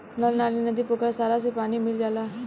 नल नाली, नदी, पोखरा सारा से पानी मिल जाला